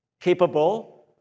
capable